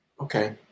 Okay